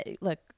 look